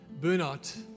burnout